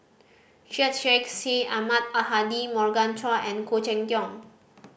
Syed Sheikh Syed Ahmad Al Hadi Morgan Chua and Khoo Cheng Tiong